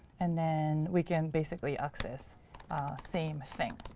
and then we can basically access same thing.